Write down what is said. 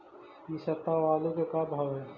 इ सप्ताह आलू के का भाव है?